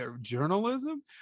journalism